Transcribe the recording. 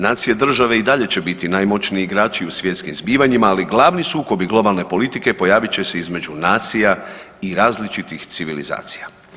Nacije i države i dalje će biti najmoćniji igrači u svjetskim zbivanjima, ali glavni sukobi globalne politike pojavit će se između nacija i različitih civilizacija.